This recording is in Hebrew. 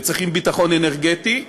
וצריכים ביטחון אנרגטי.